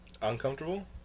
uncomfortable